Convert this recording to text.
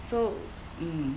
so mm